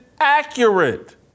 accurate